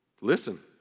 Listen